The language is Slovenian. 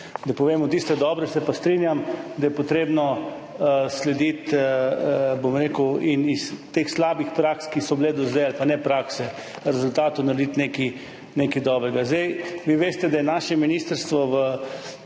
da povemo tiste dobre. Se pa strinjam, da je potrebno slediti in iz teh slabih praks, ki so bile do zdaj, ali pa ne iz praks, iz rezultatov narediti nekaj dobrega. Vi veste, da je naše ministrstvo